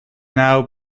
now